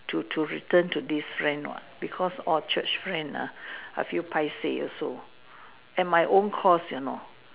to to return to this friend what because all Church friend ah I feel paiseh also at my own costs you know